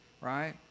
right